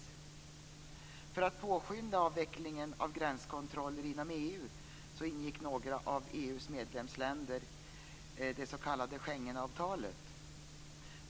För att påskynda avvecklingen av gränskontroller inom EU ingick några av EU:s medlemsländer det s.k. Schengenavtalet.